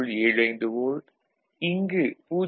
75 volt இங்கு 0